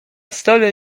stole